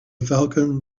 falcon